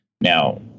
Now